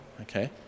Okay